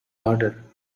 order